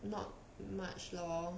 not much lor